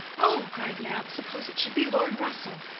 oh! cried mab. suppose it should be lord russell!